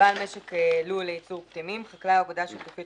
""בעל משק לול לייצור פטמים" חקלאי או אגודה שיתופית